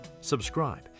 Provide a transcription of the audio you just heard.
subscribe